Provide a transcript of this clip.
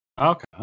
Okay